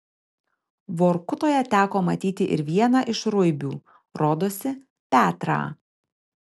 vorkutoje teko matyti ir vieną iš ruibių rodosi petrą